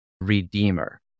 Redeemer